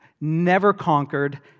never-conquered